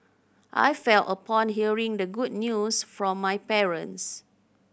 I felt upon hearing the good news from my parents